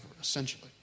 essentially